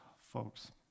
folks